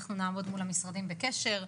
אנחנו נעמוד מול המשרדים בקשר.